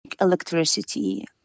electricity